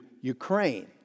Ukraine